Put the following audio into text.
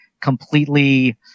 completely